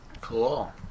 Cool